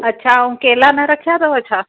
अच्छा ऐं केला न रखिया अथव छा